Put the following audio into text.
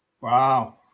Wow